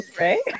Right